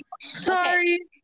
Sorry